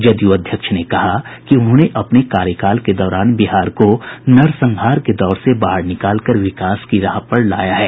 जदयू अध्यक्ष ने कहा कि उन्होंने अपने कार्यकाल के दौरान बिहार को नरसंहार के दौर से बाहर निकालकर विकास की राह पर लाया है